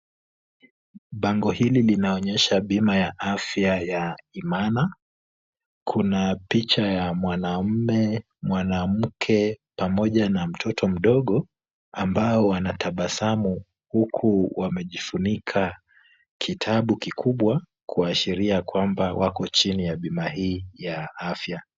Bango hili linaonyesha bima ya Afya ya Imana, kuna picha ya mwanaume, mwanamke pamoja na mtoto mdogo ambao wanatabasamu huku wamejifunika kitabu kikubwa, kuashiria ya kwamba wako chini ya bima hii ya afya.